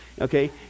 Okay